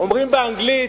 אומרים באנגלית: